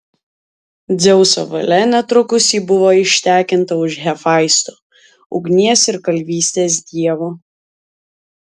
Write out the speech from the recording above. dzeuso valia netrukus ji buvo ištekinta už hefaisto ugnies ir kalvystės dievo